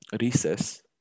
recess